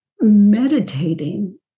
meditating